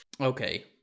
Okay